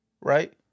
right